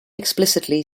explicitly